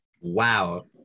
Wow